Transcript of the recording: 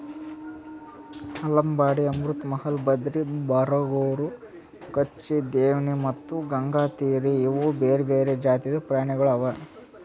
ಆಲಂಬಾಡಿ, ಅಮೃತ್ ಮಹಲ್, ಬದ್ರಿ, ಬರಗೂರು, ಕಚ್ಚಿ, ದೇವ್ನಿ ಮತ್ತ ಗಂಗಾತೀರಿ ಇವು ಬೇರೆ ಬೇರೆ ಜಾತಿದು ಪ್ರಾಣಿಗೊಳ್ ಅವಾ